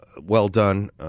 well-done